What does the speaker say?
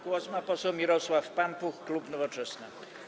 Głos ma poseł Mirosław Pampuch, klub Nowoczesna.